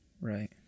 Right